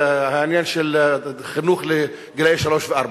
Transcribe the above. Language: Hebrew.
העניין של חינוך לגילאי שלוש וארבע.